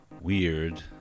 Weird